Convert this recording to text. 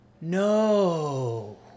no